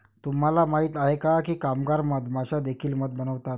तुम्हाला माहित आहे का की कामगार मधमाश्या देखील मध बनवतात?